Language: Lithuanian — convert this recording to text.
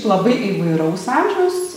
labai įvairaus amžiaus